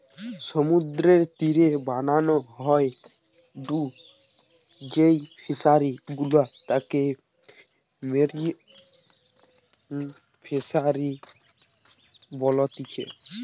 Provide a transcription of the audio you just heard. সমুদ্রের তীরে বানানো হয়ঢু যেই ফিশারি গুলা তাকে মেরিন ফিসারী বলতিচ্ছে